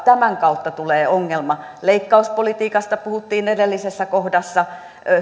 tämän kautta tulee ongelma leikkauspolitiikasta puhuttiin edellisessä kohdassa